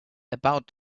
about